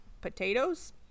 potatoes